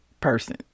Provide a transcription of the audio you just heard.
person